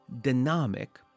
dynamic